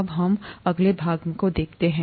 अब हम अगले भाग को देखते हैं